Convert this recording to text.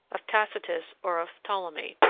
of tacitus, or of ptolemy.